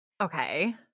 Okay